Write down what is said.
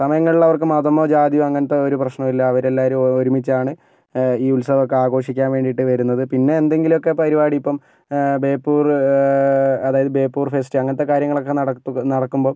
സമയങ്ങളിലവർക്ക് മതമോ ജാതിയോ അങ്ങനത്തെ ഒരു പ്രശ്നവുമില്ല അവരെല്ലാവരും ഒരുമിച്ചാണ് ഈ ഉത്സവമൊക്കെ ആഘോഷിക്കാൻ വേണ്ടിയിട്ട് വരുന്നത് പിന്നെന്തെങ്കിലുമൊക്കെ പരിപാടി ഇപ്പം ബേപ്പൂർ അതായത് ബേപ്പൂർ ഫെസ്റ്റ് അങ്ങനത്തെ കാര്യങ്ങളൊക്കെ നടത്തുക നടക്കുമ്പം